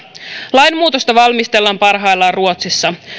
lainmuutosta valmistellaan parhaillaan ruotsissa